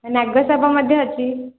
ନାଗ ସାପ ମଧ୍ୟ ଅଛି